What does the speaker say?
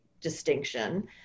distinction